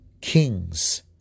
kings